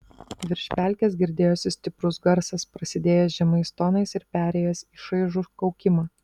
virš pelkės girdėjosi stiprus garsas prasidėjęs žemais tonais ir perėjęs į šaižų kaukimą